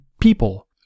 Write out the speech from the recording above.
people